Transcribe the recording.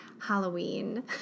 Halloween